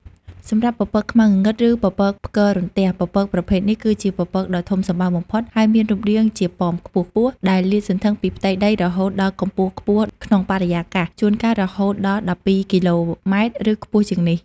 សម្រាប់ពពកខ្មៅងងឹត ឬពពកផ្គររន្ទះ ពពកប្រភេទនេះគឺជាពពកដ៏ធំសម្បើមបំផុត ហើយមានរូបរាងជាប៉មខ្ពស់ៗ ដែលលាតសន្ធឹងពីផ្ទៃដីរហូតដល់កម្ពស់ខ្ពស់ក្នុងបរិយាកាស ជួនកាលរហូតដល់ ១២ គីឡូម៉ែត្រ ឬខ្ពស់ជាងនេះ។